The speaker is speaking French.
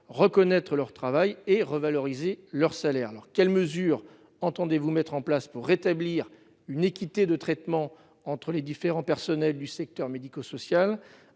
reconnaître leur travail et revaloriser leur salaires alors quelles mesures entendez-vous mettre en place pour rétablir une équité de traitement entre les différents personnels du secteur médico-social à